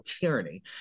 tyranny